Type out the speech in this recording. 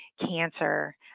cancer